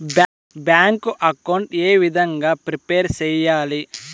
Bank account ఏ విధంగా prepare సెయ్యాలి?